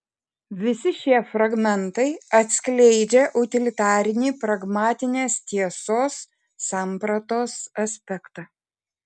visi šie fragmentai atskleidžia utilitarinį pragmatinės tiesos sampratos aspektą